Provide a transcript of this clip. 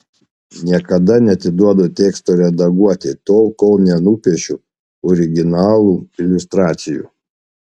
niekada neatiduodu teksto redaguoti tol kol nenupiešiu originalų iliustracijų